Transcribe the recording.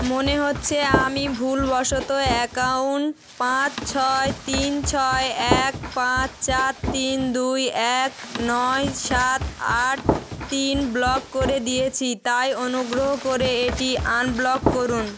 মনে হচ্ছে আমি ভুলবশত অ্যাকাউন্ট পাঁচ ছয় তিন ছয় এক পাঁচ চার তিন দুই এক নয় সাত আট তিন ব্লক করে দিয়েছি তাই অনুগ্রহ করে এটি আনব্লক করুন